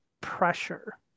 pressure